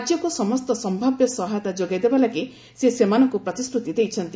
ରାଜ୍ୟକୁ ସମସ୍ତ ସମ୍ଭାବ୍ୟ ସହାୟତା ଯୋଗାଇ ଦେବା ଲାଗି ସେ ସେମାନଙ୍କୁ ପ୍ରତିଶ୍ରତି ଦେଇଛନ୍ତି